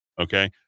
Okay